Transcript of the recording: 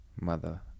Mother